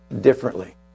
differently